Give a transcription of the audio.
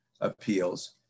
appeals